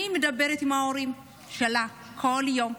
אני מדברת עם ההורים שלה כל יום.